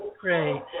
Great